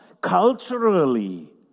culturally